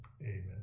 Amen